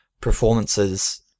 performances